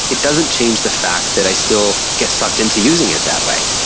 it doesn't change the fact that i still get sucked into using it that way.